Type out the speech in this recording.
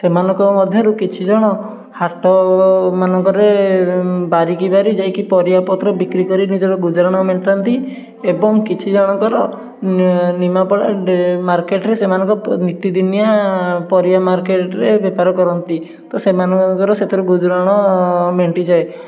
ସେମାନଙ୍କ ମଧ୍ୟରୁ କିଛିଜଣ ହାଟ ମାନଙ୍କରେ ବାରିକି ବାରି ଯାଇକି ପରିବା ପତ୍ର ବିକ୍ରି କରି ନିଜର ଗୁଜୁରାଣ ମେଣ୍ଟାନ୍ତି ଏବଂ କିଛି ଜଣଙ୍କର ନି ନିମାପଡ଼ା ଡେ ମାର୍କେଟରେ ସେମାନଙ୍କ ନିତିଦିନିଆ ପରିବା ମାର୍କେଟରେ ବେପାର କରନ୍ତି ତ ସେମାନଙ୍କର ସେଥିରେ ଗୁଜୁରାଣ ମେଣ୍ଟିଯାଏ